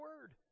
Word